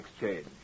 exchange